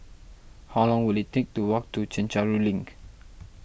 how long will it take to walk to Chencharu Link